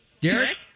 Derek